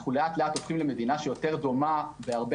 אנחנו לאט-לאט הופכים למדינה שיותר דומה בהרבה